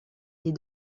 les